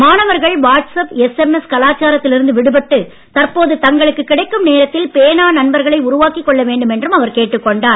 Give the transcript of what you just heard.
மாணவர்கள் WhatsApp SMS கலாச்சாரத்தில் இருந்து விடுபட்டு தற்போது தங்களுக்கு கிடைக்கும் நேரத்தில் பேனா நண்பர்களை உருவாக்கிக் கொள்ள வேண்டுமென்றும் அவர் கேட்டுக் கொண்டார்